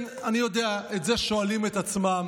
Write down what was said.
כן, אני יודע, את זה שואלים את עצמם